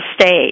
state